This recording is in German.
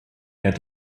der